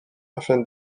afin